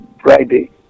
Friday